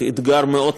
גברתי.